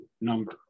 number